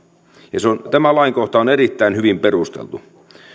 ja tämä lainkohta on erittäin hyvin perusteltu